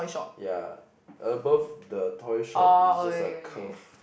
ya above the toy shop is just a curve